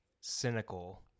cynical